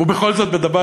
ובכל זאת,